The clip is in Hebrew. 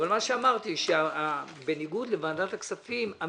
אבל אמרתי שבניגוד לוועדת הכספים,